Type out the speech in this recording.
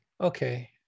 okay